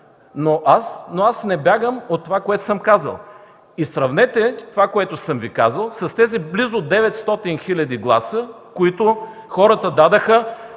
но аз не бягам от това, което съм казал. И сравнете, това, което съм Ви казал, с тези близо 900 хиляди гласа, които хората дадоха